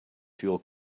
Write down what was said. fuel